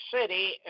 City